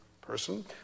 person